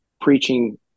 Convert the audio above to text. preaching